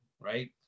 right